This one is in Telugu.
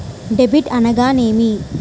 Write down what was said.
డెబిట్ అనగానేమి?